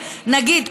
נגיד,